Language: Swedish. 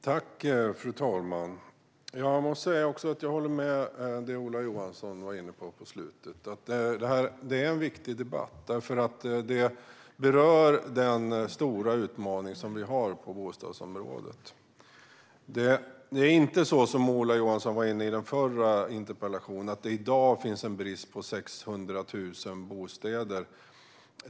Fru talman! Jag håller med om det Ola Johansson var inne på i slutet av sitt inlägg. Det är en viktig debatt. Det berör den stora utmaning som vi har på bostadsområdet. Det är inte så som Ola Johansson sa i den förra interpellationsdebatten, att det i dag finns en brist på 600 000 bostäder.